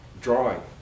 drawing